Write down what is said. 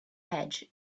edge